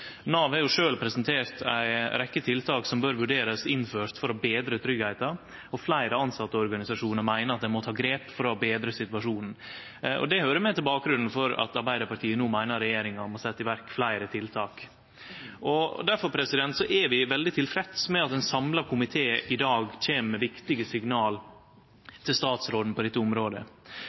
Nav har sjølv presentert ei rekkje tiltak som bør vurderast innførte for å betre tryggleiken. Fleire tilsetteorganisasjonar meiner at dei må ta grep for å betre situasjonen. Dette høyrer med til bakgrunnen for at Arbeidarpartiet no meiner regjeringa må setje i verk fleire tiltak. Difor er vi veldig tilfredse med at ein samla komité i dag kjem med viktige signal til statsråden på dette området.